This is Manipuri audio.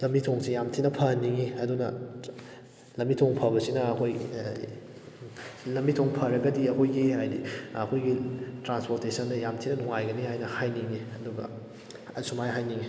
ꯂꯝꯕꯤ ꯊꯣꯡꯁꯦ ꯌꯥꯝ ꯊꯤꯅ ꯐꯍꯟꯅꯤꯡꯏ ꯑꯗꯨꯅ ꯂꯝꯕꯤ ꯊꯣꯡ ꯐꯕꯁꯤꯅ ꯑꯩꯈꯣꯏ ꯂꯝꯕꯤ ꯊꯣꯡ ꯐꯔꯒꯗꯤ ꯑꯩꯈꯣꯏꯒꯤ ꯍꯥꯏꯕꯗꯤ ꯑꯩꯈꯣꯏꯒꯤ ꯇ꯭ꯔꯥꯟꯁꯄꯣꯔꯇꯦꯁꯟꯗ ꯌꯥꯝ ꯊꯤꯅ ꯅꯨꯡꯉꯥꯏꯒꯅꯤ ꯍꯥꯏꯅ ꯍꯥꯏꯅꯤꯡꯏ ꯑꯗꯨꯒ ꯑꯁꯨꯃꯥꯏꯅ ꯍꯥꯏꯅꯤꯡꯏ